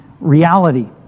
reality